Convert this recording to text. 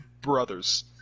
brothers